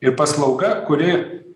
ir paslauga kuri